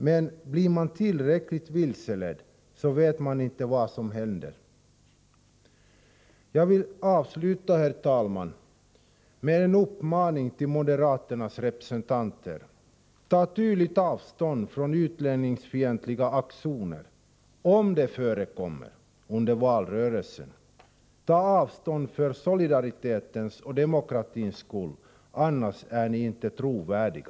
Men blir den tillräckligt vilseledd vet man inte vad som händer. Herr talman! Jag vill avsluta med en uppmaning till moderaternas representanter. Ta tydligt avstånd från utlänningsfientliga aktioner om de förekommer under valrörelsen. Ta avstånd för solidaritetens och demokratins skull, annars är ni inte trovärdiga.